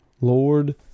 Lord